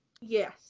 Yes